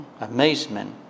amazement